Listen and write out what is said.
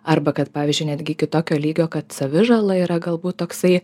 arba kad pavyzdžiui netgi iki tokio lygio kad savižala yra galbūt toksai